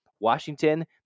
Washington